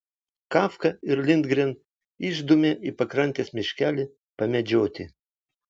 kafka ir lindgren išdūmė į pakrantės miškelį pamedžioti